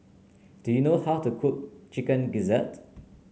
do you know how to cook Chicken Gizzard